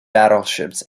battleships